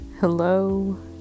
hello